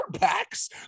backs